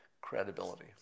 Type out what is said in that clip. credibility